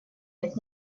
нет